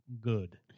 good